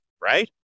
right